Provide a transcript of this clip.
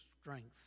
strength